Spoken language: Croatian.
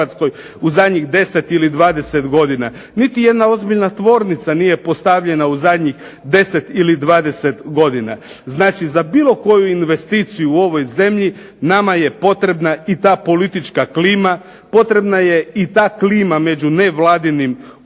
u zadnjih 10 ili 20 godina. Niti jedna ozbiljna tvornica nije postavljena u zadnjih 10 ili 20 godina. Znači, za bilo koju investiciju u ovoj zemlji nama je potrebna i ta politička klima, potrebna je i ta klima među nevladinim udrugama